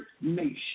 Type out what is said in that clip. nation